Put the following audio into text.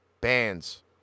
bands